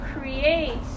create